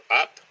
up